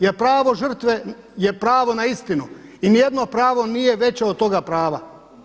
Jer pravo žrtve je pravo na istinu i ni jedno pravo nije veće od toga prava.